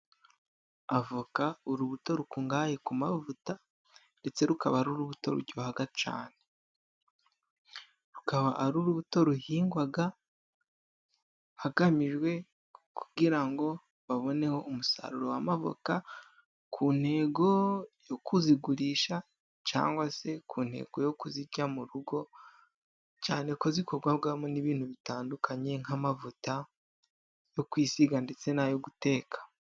Avoka, urubuto rukungahaye ku mavuta, ndetse rukaba ari urubuto ruryoha cyane. Rukaba ari urubuto ruhingwa hagamijwe kugira ngo babone umusaruro w'amavoka ku ntego yo kuzigurisha, cyangwa se ku ntego yo kuzirya mu rugo, cyane ko zikorwamo n'ibintu bitandukanye nk'amavuta yo kwisiga ndetse n'ayo guteka